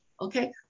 Okay